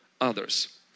others